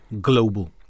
global